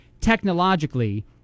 technologically